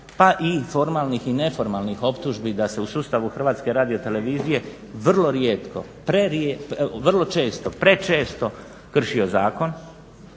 pa i formalnih i neformalnih optužbi da se u sustavu Hrvatske radio televizije vrlo često, prečesto